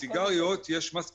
בסיגריות יש מס קצוב,